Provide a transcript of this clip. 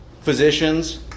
physicians